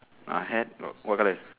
ah have got what colour